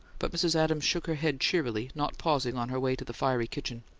but mrs. adams shook her head cheerily, not pausing on her way to the fiery kitchen.